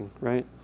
right